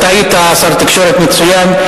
אתה היית שר תקשורת מצוין.